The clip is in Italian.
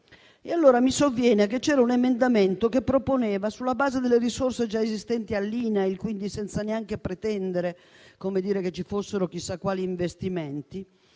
Mi sovviene che c'era un emendamento che proponeva, sulla base delle risorse già esistenti all'INAIL - e quindi senza neanche pretendere che ci fossero chissà quali investimenti